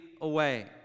away